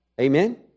Amen